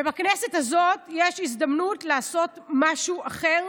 ובכנסת הזאת יש הזדמנות לעשות משהו אחר